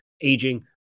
aging